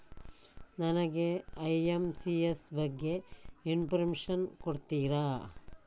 ನನಗೆ ಐ.ಎಂ.ಪಿ.ಎಸ್ ಬಗ್ಗೆ ಇನ್ಫೋರ್ಮೇಷನ್ ಕೊಡುತ್ತೀರಾ?